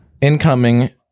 Incoming